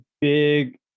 big